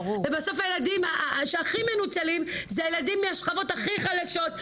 בסוף הילדים שהכי מנוצלים זה הילדים מהשכבות הכי חלשות,